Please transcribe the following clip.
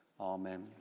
Amen